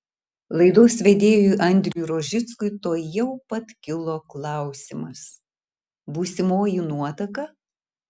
laidos vedėjui andriui rožickui tuojau pat kilo klausimas būsimoji nuotaka